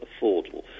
affordable